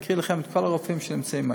אקריא לכם את כל הרופאים שנמצאים היום: